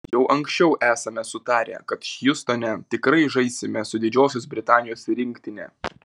jau anksčiau esame sutarę kad hjustone tikrai žaisime su didžiosios britanijos rinktine